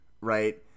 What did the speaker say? right